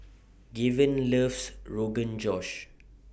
Gaven loves Rogan Josh